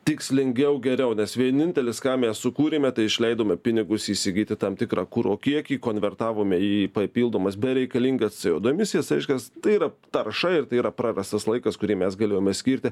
tikslingiau geriau nes vienintelis ką mes sukūrėme tai išleidome pinigus įsigyti tam tikrą kuro kiekį konvertavome į papildomas bereikalingas co du emisijas reiškias tai yra tarša ir tai yra prarastas laikas kurį mes galėjome skirti